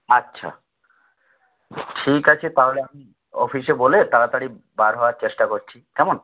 আচ্ছা ঠিক আছে তাহলে আমি অফিসে বলে তাড়াতাড়ি বার হওয়ার চেষ্টা করছি কেমন